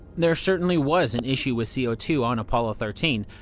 there certainly was an issue with c o two on apollo thirteen.